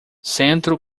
centro